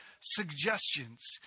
suggestions